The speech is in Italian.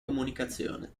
comunicazione